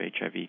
HIV